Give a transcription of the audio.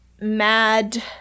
mad